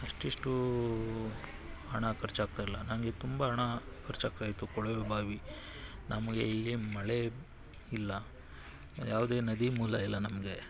ಅಷ್ಟಿಷ್ಟು ಹಣ ಖರ್ಚಾಗ್ತಾಯಿರಲಿಲ್ಲ ನನಗೆ ತುಂಬ ಹಣ ಖರ್ಚಾಗ್ತಾಯಿತ್ತು ಕೊಳವೆ ಬಾವಿ ನಮಗೆ ಇಲ್ಲಿ ಮಳೆ ಇಲ್ಲ ಯಾವುದೇ ನದಿ ಮೂಲ ಇಲ್ಲ ನಮಗೆ